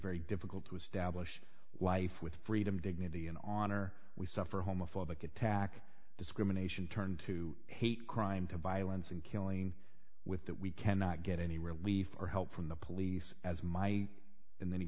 very difficult to establish wife with freedom dignity and honor we suffer homophobic attack discrimination turn to hate crime to violence and killing with that we cannot get any relief or help from the police as my and then he